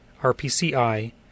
RPCI